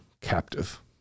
captive